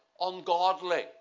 ungodly